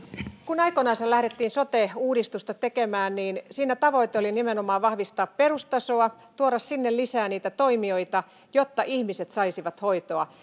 kun aikoinansa lähdettiin sote uudistusta tekemään niin siinä tavoite oli nimenomaan vahvistaa perustasoa tuoda sinne lisää niitä toimijoita jotta ihmiset saisivat hoitoa